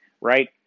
right